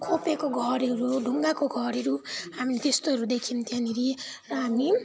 खोपेको घरहरू ढुङ्गाको घरहरू हामीले त्यस्तोहरू देखौँ त्यहाँनिर र हामी